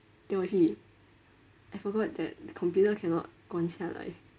no actually I forgot that computer cannot 关下来